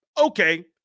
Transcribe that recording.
Okay